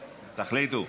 תחליטו.